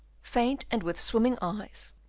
faint and with swimming eyes,